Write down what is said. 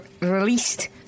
released